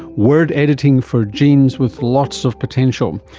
word editing for genes with lots of potential.